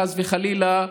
חס וחלילה,